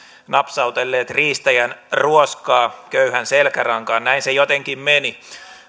napsautellut riistäjän ruoskaa köyhän selkärankaan näin se jotenkin meni